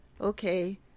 Okay